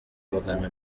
amagana